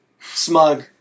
Smug